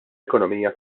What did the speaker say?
ekonomija